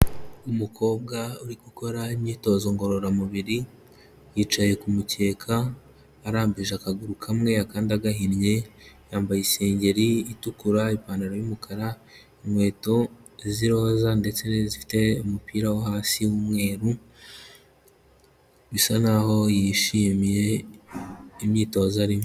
Umukobwa uri gukora imyitozo ngororamubiri, yicaye ku mukeka, arambije akaguru kamwe, akandi agahinnye, yambaye isengeri itukura, ipantaro y'umukara, inkweto z'iroza ndetse n'izifite umupira wo hasi w'umweru, bisa nkaho yishimiye imyitozo arimo.